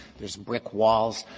there's brick walls.